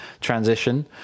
transition